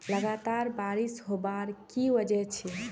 लगातार बारिश होबार की वजह छे?